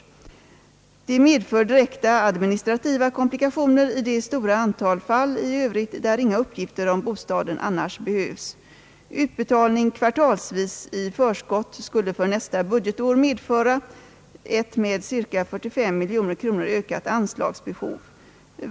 Det medför direkta administrativa komplikationer i det stora antal fall i övrigt där inga uppgifter om bostaden annars behövs. Utbetalning kvartalsvis i förskott skulle för nästa budgetår medföra ett med ca 45 milj.kr. ökat anslagsbehov.